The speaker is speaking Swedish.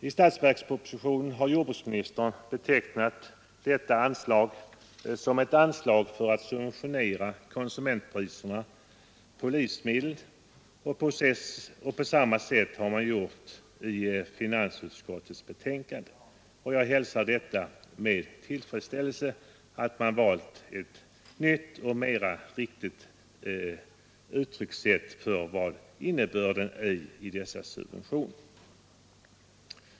I statsverkspropositionen har jordbruksministern betecknat detta anslag som ett anslag för att subventionera konsumentpriserna på livsmedel, och på samma sätt har man gjort i finansutskottets betänkande. Jag hälsar detta med tillfredsställelse, eftersom man valt ett nytt och bättre uttryckssätt för vad som är innebörden i dessa subventioner.